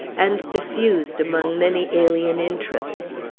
and diffused among many alien interests.